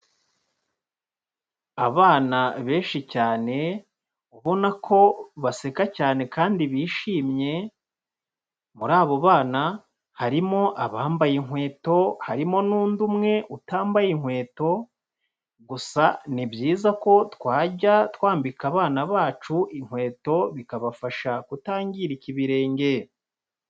Abana benshi cyane ubona ko baseka cyane kandi bishimye, muri abo bana harimo abambaye inkweto, harimo n'undi umwe utambaye inkweto, gusa ni byiza ko twajya twambika abana bacu inkweto bikabafasha kutangirika ibirenge.